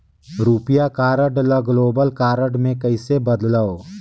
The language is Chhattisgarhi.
रुपिया कारड ल ग्लोबल कारड मे कइसे बदलव?